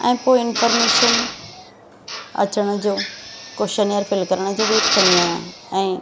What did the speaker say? ऐं पोइ इन्फॉर्मेशन अचण जो कोशन्यर फ़िल करण जो वेइट कंदी आहियां ऐं